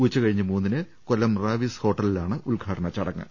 ഉച്ചകഴിഞ്ഞ് മൂന്നിന് കൊല്ലം റാവിസ് ഹോട്ടലിലാണ് ഉദ്ഘാടന ചടങ്ങ്